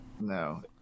no